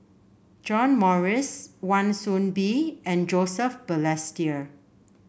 John Morrice Wan Soon Bee and Joseph Balestier